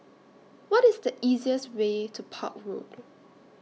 What IS The easiest Way to Park Road